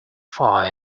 fire